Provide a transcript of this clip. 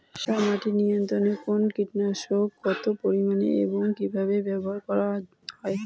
সাদামাছি নিয়ন্ত্রণে কোন কীটনাশক কত পরিমাণে এবং কীভাবে ব্যবহার করা হয়?